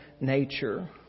nature